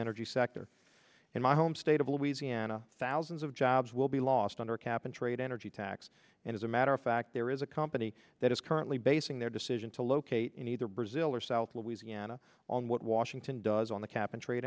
energy sector in my home state of louisiana thousands of jobs will be lost under cap and trade energy tax and as a matter of fact there is a company that is currently basing their decision to locate in either brazil or south louisiana on what washington does on the cap and trade